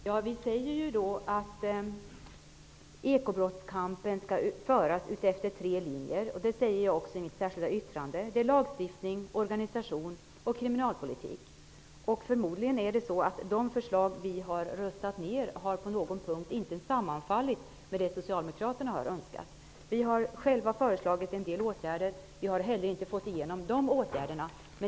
Herr talman! Vi säger att kampen mot ekobrotten skall föras efter tre linjer. Det säger jag också i mitt särskilda yttrande. Det är lagstiftning, organisation och kriminalpolitik. Förmodligen är det så att de förslag vi har röstat ner på någon punkt inte har sammanfallit med det som Socialdemokraterna har önskat. Vi har själva föreslagit en del åtgärder. Vi har inte heller fått igenom dem.